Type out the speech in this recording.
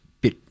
bit